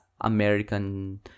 American